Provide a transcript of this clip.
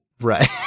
Right